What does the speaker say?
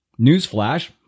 newsflash